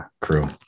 crew